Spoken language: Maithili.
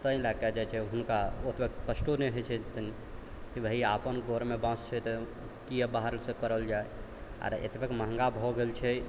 ताहि लऽ कऽ जे छै हुनका ओतबा कष्टो नहि होइ छै कि भाइ आपन घरमे बाँस छै तऽ किएक बाहरसँ करल जाइ आओर एतबे महगा भऽ गेल छै